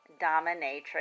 dominatrix